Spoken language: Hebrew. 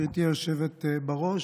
גברתי היושבת בראש,